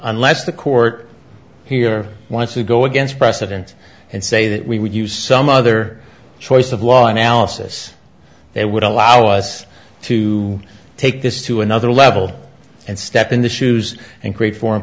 nless the court here wants to go against precedent and say that we would use some other choice of law analysis that would allow us to take this to another level and step in the shoes and create foreign